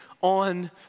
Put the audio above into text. on